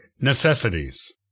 necessities